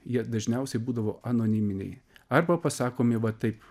jie dažniausiai būdavo anoniminiai arba pasakomi va taip